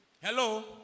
Hello